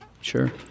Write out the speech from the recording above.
sure